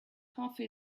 coffee